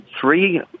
three